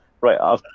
Right